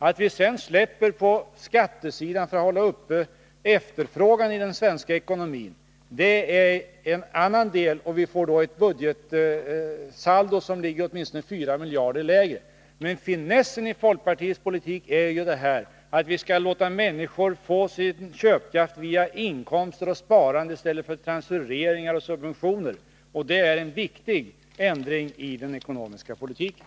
Att vi sedan släpper på skattesidan för att hålla uppe efterfrågan i den svenska ekonomin är en annan del i vår politik. Vi får då ett budgetsaldo som ligger åtminstone 4 miljarder kronor lägre. Men finessen i folkpartiets politik är ju att vi skall låta människor få sin köpkraft via inkomster och sparande i stället för via transfereringar och subventioner. Det är en viktig ändring i den ekonomiska politiken.